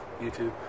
YouTube